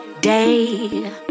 day